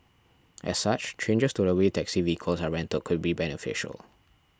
as such changes to the way taxi vehicles are rented could be beneficial